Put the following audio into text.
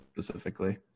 specifically